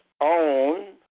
own